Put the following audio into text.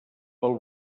pel